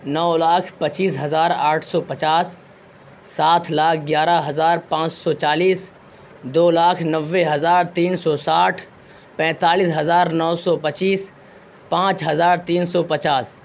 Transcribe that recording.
نو لاکھ پچیس ہزار آٹھ سو پچاس ساٹھ لاکھ گیارہ ہزار پانچ سو چالیس دو لاکھ نوے ہزار تین سو ساٹھ پینتالیس ہزار نو سو پچیس پانچ ہزار تین سو پچاس